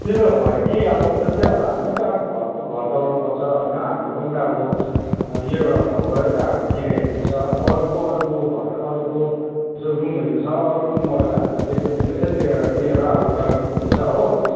त्यो त भयो कि अब जस्तै अब हामी पनि त अब घरको घर चलाउनु पर्छ होइन हाम्रो पनि त अब यो एउटा घरबाटै त हाम्रो किरायाहरू अब अरूको अरूको घर अरूको जो रुमहरू छ अरू रुमबड त हामीलाई दिएको दिएकै छ त्यो दिएर अब टालटुल हुँदैछ हो